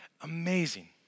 Amazing